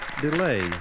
delay